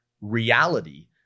reality